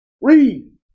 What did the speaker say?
Read